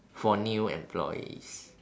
for new employees